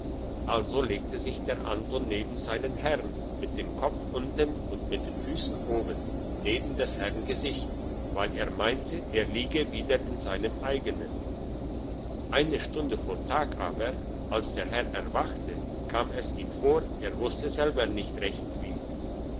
also legte sich der anton neben seinen herrn mit dem kopf unten und mit den füssen oben neben des herrn gesicht weil er meinte er liege wieder in seinem eigenen eine stunde vor tag aber als der herr erwachte kam es ihm vor er wusste selbst nicht recht wie